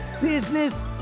business